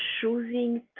choosing